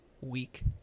week